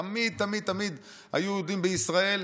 תמיד תמיד היו יהודים בישראל.